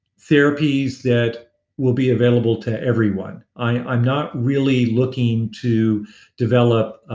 therapies that will be available to everyone. i'm not really looking to develop